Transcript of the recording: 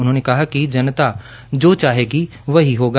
उन्होंने कहा कि जनता जो चाहेगी वहीँ होगा